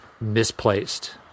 misplaced